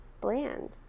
bland